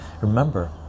Remember